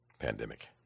pandemic